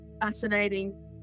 fascinating